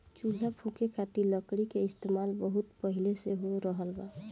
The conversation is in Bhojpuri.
चूल्हा फुके खातिर लकड़ी के इस्तेमाल बहुत पहिले से हो रहल बा